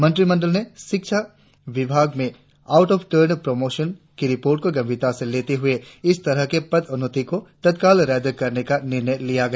मंत्रिमंडल ने शिक्षा विभाग में आऊट ऑफ टर्न प्रमोशन की रिपोर्ट को गंभीरता से लेते हुए इस तरह की पदोन्नति को तत्काल रद्द करने का निर्णय लिया गया